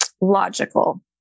logical